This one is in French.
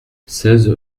seize